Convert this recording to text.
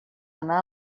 anar